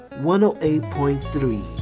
108.3